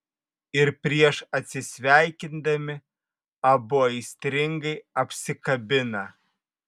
ir prieš atsisveikindami abu aistringai apsikabina